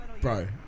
bro